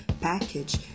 package